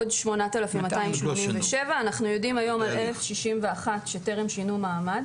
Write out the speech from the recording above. עוד 8,287. אנחנו יודעים היום על 1,061 שטרם שינו מעמד